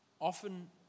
Often